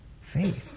faith